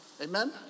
Amen